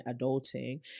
adulting